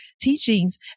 teachings